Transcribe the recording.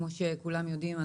כמו שכולם יודעים,